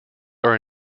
are